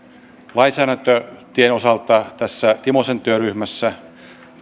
lainsäädäntötien osalta tässä timosen työryhmässä